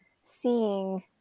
seeing